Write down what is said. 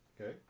Okay